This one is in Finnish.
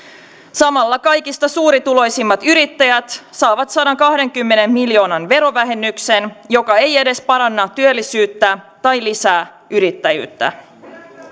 samalla kaikista suurituloisimmat yrittäjät saavat sadankahdenkymmenen miljoonan verovähennyksen joka ei edes paranna työllisyyttä tai lisää yrittäjyyttä